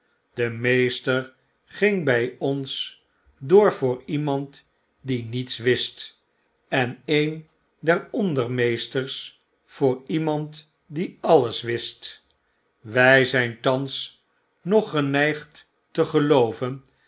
de meester ghjg by ons door voor iemanddie niets wist en een der ondermeesters voor iemand die alles wist wy zijn thans nog geneigd te gelooven